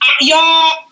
y'all